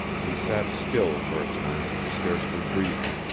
he sat still for a time, scarcely breathing.